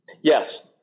Yes